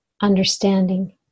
understanding